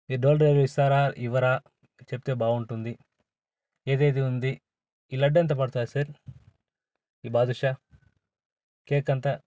మీరు door delivery ఇస్తారా ఇవ్వరా చెప్తే బాగుంటుంది ఏదేది ఉంది ఈ లడ్డు ఎంత పడుతుంది సార్ ఈ బాదుషా కేక్ అంతా